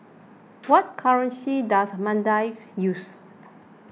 what currency does Maldives use